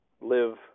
live